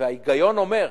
וההיגיון אומר,